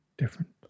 different